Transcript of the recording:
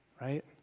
Right